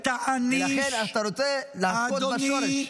ולכן אתה רוצה להכות בשורש.